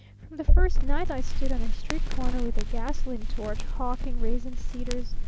from the first night i stood on a street corner with a gasoline torch, hawking rasin-seeders,